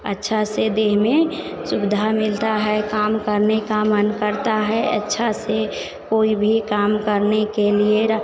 अच्छा से देह में सुविधा मिलती है काम करने का मन करता है अच्छा से कोई भी काम करने के लिए रख